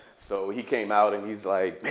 so he came out. and he's like,